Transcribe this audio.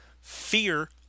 fear